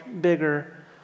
bigger